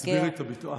תסבירי את הביטוי,